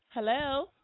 Hello